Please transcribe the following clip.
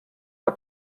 der